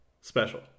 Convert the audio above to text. special